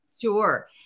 Sure